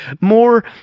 more